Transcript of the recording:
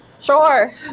sure